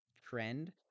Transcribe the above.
trend